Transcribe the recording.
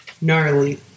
gnarly